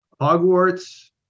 Hogwarts